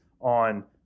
on